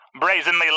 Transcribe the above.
brazenly